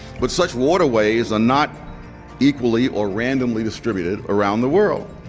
but such waterways are not equally or randomly distributed around the world.